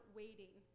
waiting